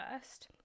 first